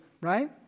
right